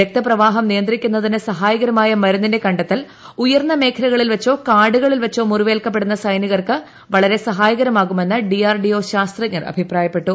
രക്തപ്രവാഹം നിയന്ത്രിക്കുന്നതിന് സഹായകരമായ മരുന്നിന്റെ ക െ ത്തൽ ഉയർന്ന മേഖലകളിൽ വെച്ചോ കാടുകളിൽ വെച്ചോ മുറിവേൽക്കപ്പെടുന്ന സൈനികർക്ക് വളരെ സഹായകരമാകുമെന്ന് ഡി ആർ ഡി ഒ ശാസ്ത്രജ്ഞർ അഭിപ്രായപ്പെട്ടു